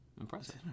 impressive